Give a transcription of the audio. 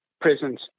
prisons